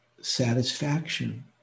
satisfaction